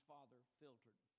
Father-filtered